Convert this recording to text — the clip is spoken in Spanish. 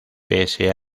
pese